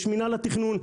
יש את מינהל התכנון,